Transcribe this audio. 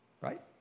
right